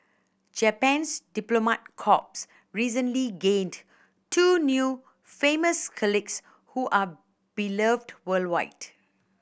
Japan's diplomat corps recently gained two new famous colleagues who are beloved worldwide